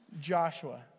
Joshua